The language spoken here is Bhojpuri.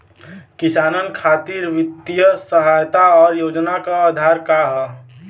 किसानन खातिर वित्तीय सहायता और योजना क आधार का ह?